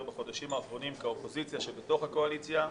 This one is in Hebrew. בחודשים האחרונים כאופוזיציה שבתוך הקואליציה.